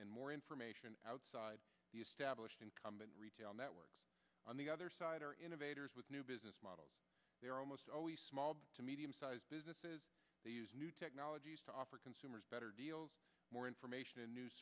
and more information outside the established incumbent retail networks on the other side or innovators with new business models there are almost always small to medium sized businesses that use new technologies to offer consumers better deals more information in news